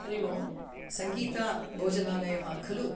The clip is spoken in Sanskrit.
हरिः ओं सङ्गीताभोजनालयः खलु